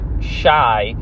shy